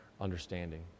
understanding